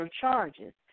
charges